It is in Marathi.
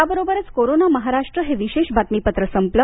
याबरोबरच कोरोना महाराष्ट्र हे विशेष बातमीपत्र संपलं